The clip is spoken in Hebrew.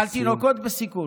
על תינוקות בסיכון.